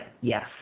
Yes